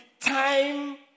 Time